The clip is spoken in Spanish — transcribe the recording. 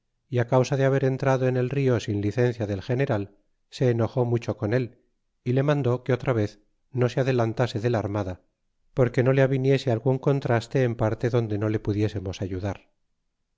y ti causa de haber entrado en el rio sin licencia del generalzse enojó mucho con él y le mandó que otra vez no se adelantase del armada porque no le aviniese algun contraste en parte donde no le pudiesemos ayudar